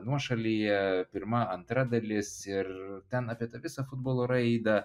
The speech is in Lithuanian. nuošalyje pirma antra dalis ir ten apie tą visą futbolo raidą